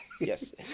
Yes